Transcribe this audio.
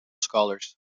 scholars